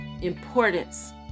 importance